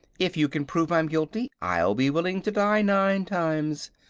if you can prove i'm guilty, i'll be willing to die nine times,